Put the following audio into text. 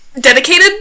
dedicated